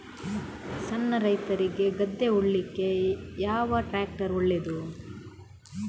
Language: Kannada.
ಸಣ್ಣ ರೈತ್ರಿಗೆ ಗದ್ದೆ ಉಳ್ಳಿಕೆ ಯಾವ ಟ್ರ್ಯಾಕ್ಟರ್ ಒಳ್ಳೆದು?